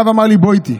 הרב אמר לי: בוא איתי.